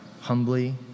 humbly